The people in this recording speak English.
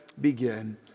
Begin